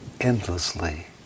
Endlessly